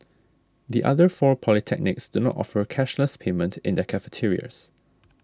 the other four polytechnics do not offer cashless payment in their cafeterias